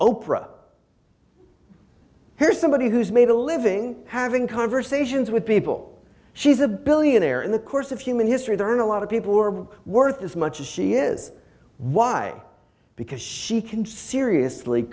oprah here's somebody who's made a living having conversations with people she's a billionaire in the course of human history there are a lot of people who are worth as much as she is why because she can seriously